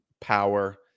power